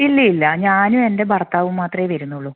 ഇല്ലില്ല ഞാനും എൻ്റെ ഭർത്താവും മാത്രമെ വരുന്നുള്ളൂ